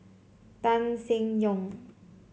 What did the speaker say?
Tan Seng Yong